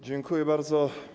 Dziękuję bardzo.